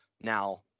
Now